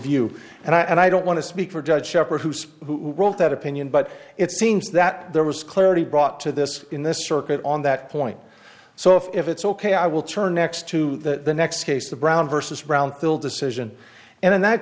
view and i don't want to speak for judge shepherd who's who wrote that opinion but it seems that there was clarity brought to this in this circuit on that point so if it's ok i will turn next to the next case the brown versus brown will decision and in that